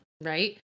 right